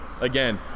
Again